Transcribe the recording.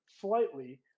slightly